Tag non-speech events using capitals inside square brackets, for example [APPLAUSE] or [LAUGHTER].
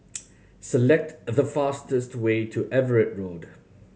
[NOISE] select the fastest way to Everitt Road